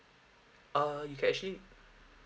uh you can actually